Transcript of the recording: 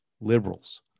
liberals